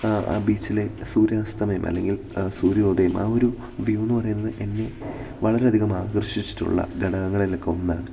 ആ ആ ബീച്ചിലെ സൂര്യാസ്തമയം അല്ലെങ്കിൽ സൂര്യോദയം ആ ഒരു വ്യൂ എന്ന് പറയുന്നത് എന്നെ വളരെയധികം ആകർഷിച്ചിട്ടുള്ള ഘടകങ്ങളിലൊക്കെ ഒന്നാണ്